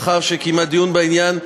לאחר שקיימה דיון בעניין,